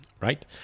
right